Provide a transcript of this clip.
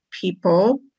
people